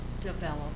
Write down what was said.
develop